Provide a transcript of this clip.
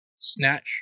snatch